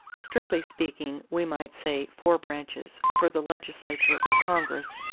strictly speaking we might say four branches, for the legislature, or congress,